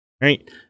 right